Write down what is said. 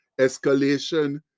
escalation